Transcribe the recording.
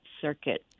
circuit